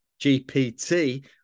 GPT